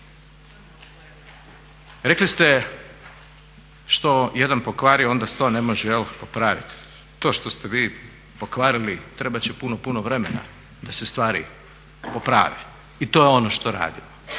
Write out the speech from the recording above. Rekli ste što jedan pokvari onda 100 ne može popraviti, to što ste vi pokvarili trebat će puno, puno vremena da se stvari poprave i to je ono što radimo,